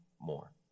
more